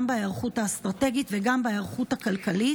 בהיערכות האסטרטגית וגם בהיערכות הכלכלית,